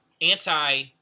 anti-